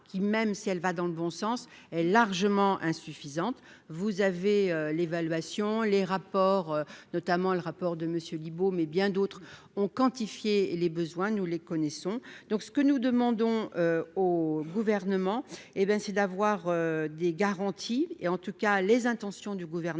qui même si elle va dans le bon sens est largement insuffisante, vous avez l'évaluation les rapports, notamment le rapport de monsieur mais bien d'autres ont quantifié les besoins, nous les connaissons donc ce que nous demandons au gouvernement, hé ben, c'est d'avoir des garanties et en tout cas les intentions du gouvernement